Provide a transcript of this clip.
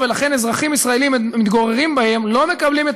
ולכן אזרחים ישראלים המתגוררים בהם לא מקבלים את